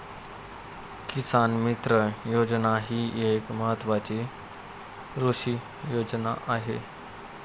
किसान मित्र योजना ही एक महत्वाची कृषी योजना आहे